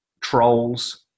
trolls